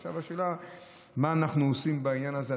עכשיו השאלה מה אנחנו עושים בעניין הזה.